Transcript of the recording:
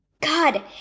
God